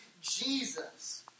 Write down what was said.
Jesus